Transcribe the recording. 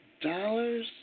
dollars